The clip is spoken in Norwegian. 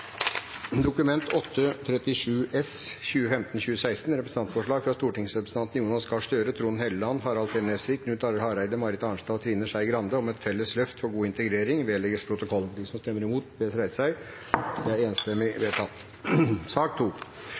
Dokument 8:37 S – representantforslag fra stortingsrepresentantene Jonas Gahr Støre, Trond Helleland, Harald T. Nesvik, Knut Arild Hareide, Marit Arnstad og Trine Skei Grande om et felles løft for god integrering – vedlegges protokollen. Under debatten er det satt fram ett forslag. Det er